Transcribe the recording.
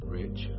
rich